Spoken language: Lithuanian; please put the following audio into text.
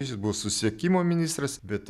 jis buvo susisiekimo ministras bet